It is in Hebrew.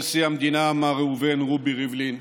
כבוד נשיא המדינה מר ראובן רובי ריבלין,